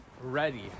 Ready